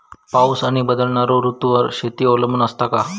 पाऊस आणि बदलणारो ऋतूंवर शेती अवलंबून असता